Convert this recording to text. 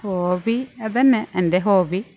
hobby അതന്നെ എൻ്റെ hobby